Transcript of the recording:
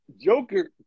Joker